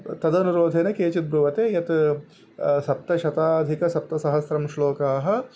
तदनुरोधेन केचिद्ब्रुवते यत् सप्तशताधिकसप्तसहस्रं श्लोकाः